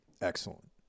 Excellent